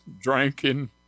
drinking